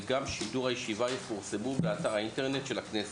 וגם שידור הישיבה יפורסמו באתר האינטרנט של הכנסת.